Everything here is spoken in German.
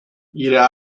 ihre